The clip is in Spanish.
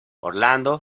orlando